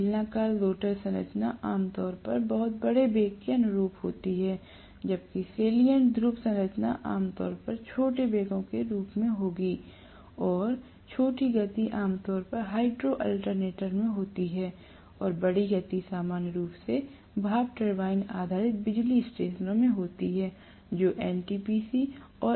बेलनाकार रोटर संरचना आम तौर पर बहुत बड़े वेग के अनुरूप होती है जबकि सैलिएंट ध्रुव संरचना आमतौर पर छोटे वेगों के अनुरूप होगी और छोटी गति आमतौर पर हाइड्रो अल्टरनेटर में होती है और बड़ी गति सामान्य रूप से भाप टरबाइन आधारित बिजली स्टेशनों में होती है जो NTPC और NPC पावर स्टेशन हैं